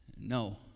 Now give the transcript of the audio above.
No